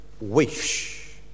Wish